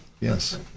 Yes